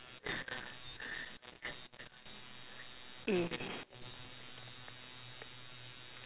eh